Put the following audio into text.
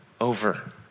over